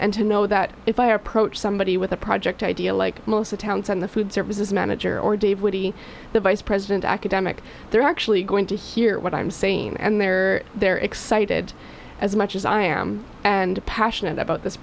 and to know that if i approach somebody with a project idea like most accounts on the food services manager or dave woody the vice president academic they're actually going to hear what i'm saying and they're they're excited as much as i am and passionate about this